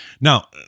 Now